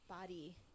body